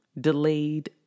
delayed